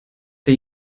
der